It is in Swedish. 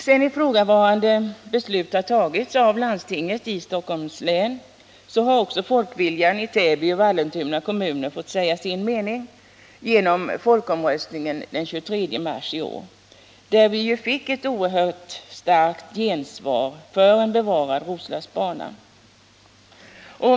Sedan ifrågavarande beslut fattats av landstinget i Stockholms län har också folkviljan i Täby och Vallentuna kommuner fått komma till uttryck genom folkomröstningen den 23 mars i år, där vi ju fick ett oerhört starkt gensvar för bevarandet äv Roslagsbanan.